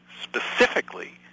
specifically